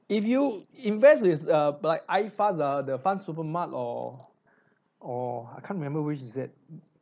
if you invest with uh bla~ iFAST ah the Fundsupermart or or I can't remember which is it